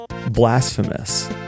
blasphemous